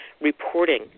reporting